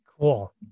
Cool